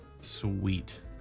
Sweet